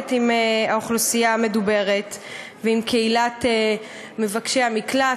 שעובדת עם האוכלוסייה המדוברת ועם קהילת מבקשי המקלט,